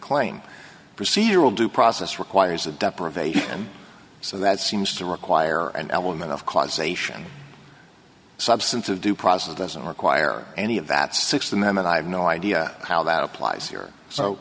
claim procedural due process requires a deprivation so that seems to require an element of causation substance of due process doesn't require any of that six of them and i have no idea how that applies here so